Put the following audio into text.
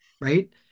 right